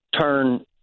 turn